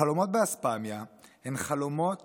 חלומות באספמיה הם "חלומות